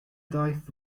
daith